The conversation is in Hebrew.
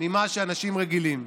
ממה שאנשים רגילים.